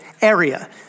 area